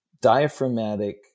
diaphragmatic